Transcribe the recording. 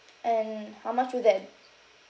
and how much would that